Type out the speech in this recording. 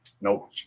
Nope